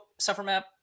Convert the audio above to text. SufferMap